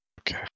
Okay